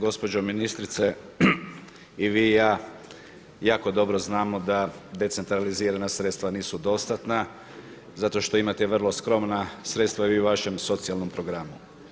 Gospođo ministrice i vi i ja jako dobro znamo da decentraliziran sredstva nisu dostatna zato što imate vrlo skromna sredstva i vi u vašem socijalnom programu.